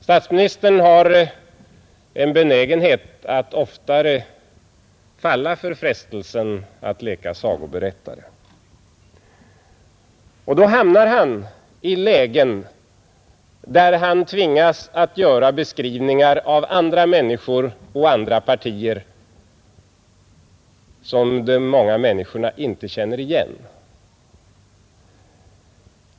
Statsminister Palme har en benägenhet att oftare falla för frestelsen att leka sagoberättare, och då hamnar han i lägen, där han tvingas göra beskrivningar av andra människor och andra partier, som folk i gemen inte känner igen.